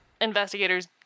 investigators